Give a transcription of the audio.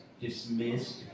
dismissed